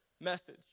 message